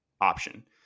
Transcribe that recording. option